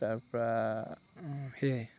তাৰপৰা সেয়াই